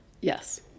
Yes